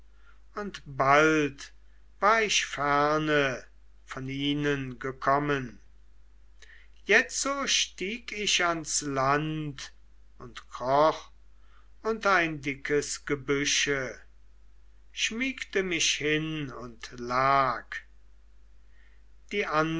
und bald war ich ferne von ihnen gekommen jetzo stieg ich ans land kroch unter ein dickes gebüsche schmiegte mich hin und lag die